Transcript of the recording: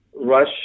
Rush